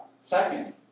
Second